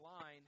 line